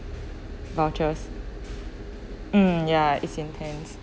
vouchers mm ya it's intense